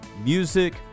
music